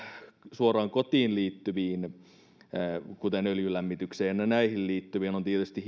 suoraan kotiin liittyviin asioihin kuten öljylämmitykseen ja näihin niin on tietysti